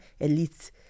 elites